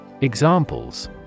Examples